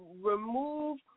remove